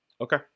Okay